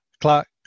clock